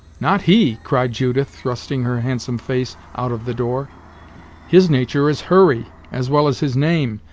not he, cried judith, thrusting her handsome face out of the door his nature is hurry, as well as his name,